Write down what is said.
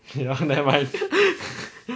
ya nevermind